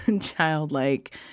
childlike